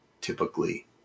typically